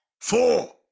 four